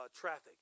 traffic